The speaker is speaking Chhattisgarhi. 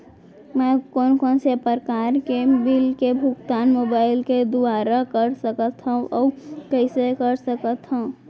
मैं कोन कोन से प्रकार के बिल के भुगतान मोबाईल के दुवारा कर सकथव अऊ कइसे कर सकथव?